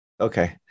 Okay